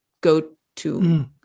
go-to